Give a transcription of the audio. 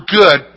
good